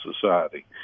society